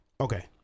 okay